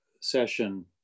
session